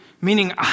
meaning